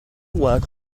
work